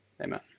Amen